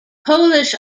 polish